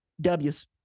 Ws